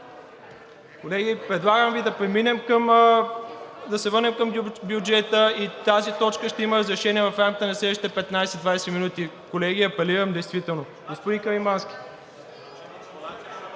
Колеги, предлагам Ви да се върнем към бюджета. Тази точка ще има разрешение в рамките на следващите 15 – 20 минути. Колеги, апелирам, действително. Господин Каримански.